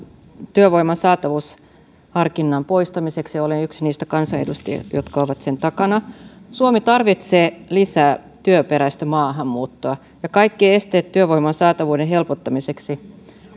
työvoiman saatavuusharkinnan poistamiseksi olen yksi niistä kansanedustajista jotka ovat sen takana suomi tarvitsee lisää työperäistä maahanmuuttoa kaikki esteet on poistettava työvoiman saatavuuden helpottamiseksi